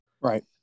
Right